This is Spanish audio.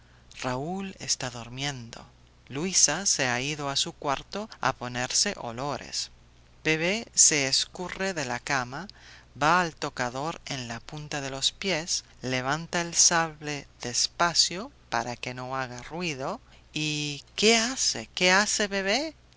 raúl está dormido luisa se ha ido a su cuarto a ponerse olores bebé se escurre de la cama va al tocador en la punta de los pies levanta el sable despacio para que no haga ruido y qué hace qué hace bebé